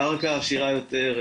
קרקע עשירה יותר,